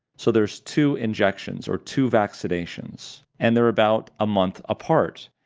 so, there's two injections, or two vaccinations, and they're about a month apart.